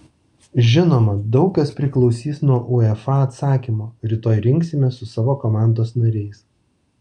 žinoma daug kas priklausys nuo uefa atsakymo rytoj rinksimės su savo komandos nariais